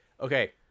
Okay